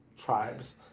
Tribes